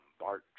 Bart